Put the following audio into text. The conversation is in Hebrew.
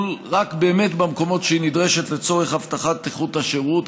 רק באמת במקומות שהיא נדרשת לצורך הבטחת איכות השירות.